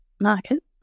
market